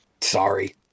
sorry